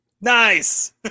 Nice